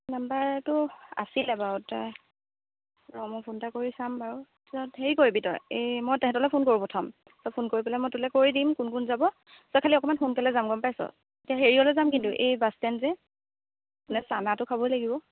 নাম্বাৰটো আছিল বাৰু এতিয়া ৰহ্ মই ফোন এটা কৰি চাম বাৰু তাৰপিছত হেৰি কৰিবি তই এই মই তাহাঁতলৈ ফোন কৰোঁ প্ৰথম তই ফোন কৰি পেলাই মই তোলৈ কৰি দিম কোন কোন যাব তই খালি অকণমান সোনকালে যাম গম পাইছ হেৰিয়লৈ যাম কিন্তু এই বাছ ষ্টেণ্ড যে চানাটো খাবই লাগিব